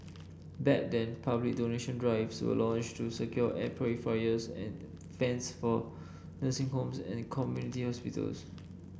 back then public donation drives were launched to secure air purifiers and fans for nursing homes and community hospitals